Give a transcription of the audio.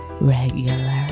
Regular